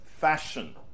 fashion